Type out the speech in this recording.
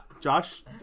Josh